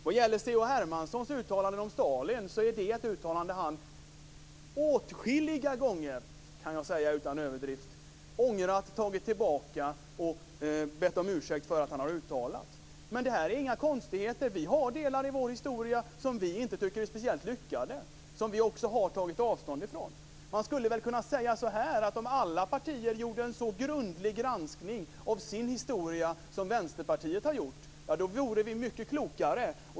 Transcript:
Vad gäller C H Hermanssons uttalande om Stalin är det ett uttalande som han åtskilliga gånger, kan jag säga utan överdrift, ångrat, tagit tillbaka och bett om ursäkt för. Det här är inga konstigheter. Vi har delar i vår historia som vi inte tycker är speciellt lyckade och som vi också har tagit avstånd från. Man skulle kunna säga att om alla partier gjorde en så grundlig granskning av sin historia som Vänsterpartiet har gjort, då vore vi mycket klokare.